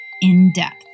in-depth